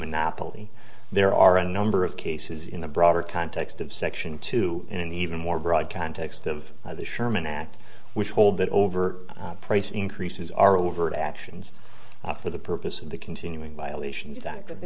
monopoly there are a number of cases in the broader context of section two in the even more broad context of the sherman act which hold that over price increases are over actions for the purpose of the continuing violations that th